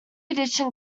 edition